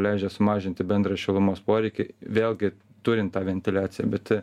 leidžia sumažinti bendrą šilumos poreikį vėlgi turint tą ventiliacij bet